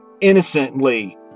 innocently